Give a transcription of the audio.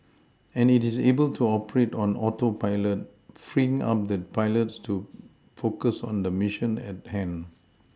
and it is able to operate on Autopilot freeing up the pilots to focus on the Mission at hand